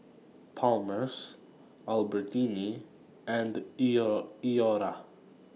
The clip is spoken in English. Palmer's Albertini and Iora